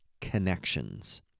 connections